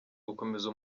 gukomeza